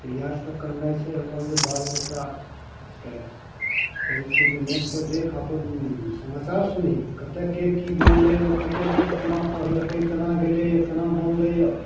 तऽ इएहसब कहनाइ छै हमर जे बाल बच्चाकेँ कहै छिए जे नेटपर देख अपन समाचार सुनही कतए के कि बनलैए कतए कि कोना पढ़लकै कोना गेलैए कोना बनलैए